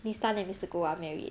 miss tan and mister goh are married